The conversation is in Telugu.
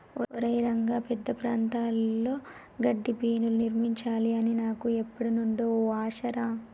ఒరై రంగ పెద్ద ప్రాంతాల్లో గడ్డిబీనులు నిర్మించాలి అని నాకు ఎప్పుడు నుండో ఓ ఆశ రా